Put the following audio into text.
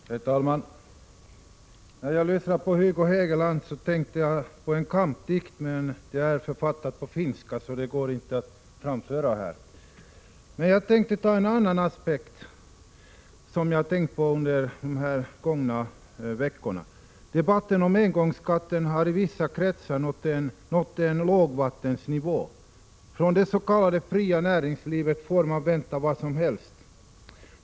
Herr talman! När jag lyssnade på Hugo Hegeland tänkte jag på en kampdikt. Men den är författad på finska, så den passar inte att framföra här. Jag skall närma mig frågan om engångsskatten ur en annan aspekt, som jag har tänkt på under de gångna veckorna. Den debatten har i vissa kretsar nått enlågvattennivå. Från det s.k. fria näringslivet kan man vänta vad som helst.